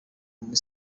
muri